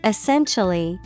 Essentially